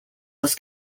was